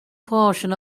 portion